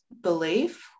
belief